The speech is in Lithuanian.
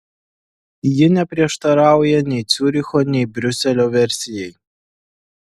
ji neprieštarauja nei ciuricho nei briuselio versijai